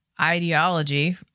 ideology